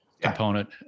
component